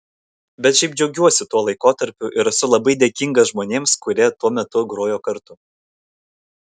bet šiaip džiaugiuosi tuo laikotarpiu ir esu labai dėkingas žmonėms kurie tuo metu grojo kartu